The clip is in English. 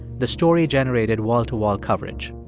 the story generated wall-to-wall coverage.